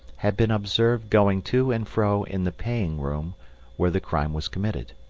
had been observed going to and fro in the paying room where the crime was committed.